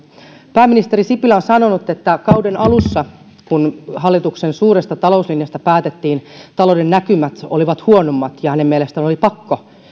pääministeri sipilä on sanonut että kauden alussa kun hallituksen suuresta talouslinjasta päätettiin talouden näkymät olivat huonommat ja hänen mielestään oli pakko